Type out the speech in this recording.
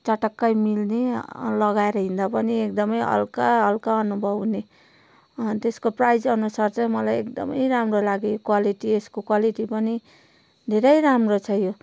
चटक्कै मिल्ने लगाएर हिँड्दा पनि एकदमै हल्का हल्का अनुभव हुने त्यसको प्राइज अनुसार चाहिँ मलाई एकदमै राम्रो लाग्यो क्वालिटी यसको क्वालिटी पनि धेरै राम्रो छ यो